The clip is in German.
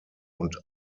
und